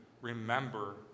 remember